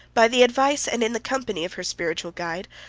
by the advice, and in the company, of her spiritual guide,